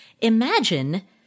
imagine